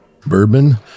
Bourbon